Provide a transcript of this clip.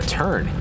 turn